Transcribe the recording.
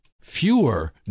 fewer